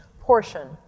portion